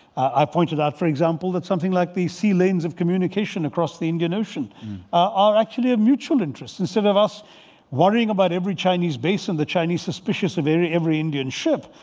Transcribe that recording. i pointed out, for example that something like the sea lanes of communication across the indian ocean are actually a mutual interest. instead of us worrying about every chinese base and the chinese suggestion of every every indian ship,